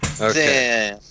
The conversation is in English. okay